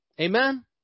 Amen